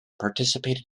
participated